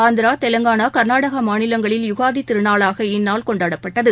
ஆந்திரா தெலங்கானா கர்நாடகமாநிலங்களில் யுகாதிதிருநாளாகக் இந்நாள் கொண்டாடப்பட்டது